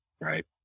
right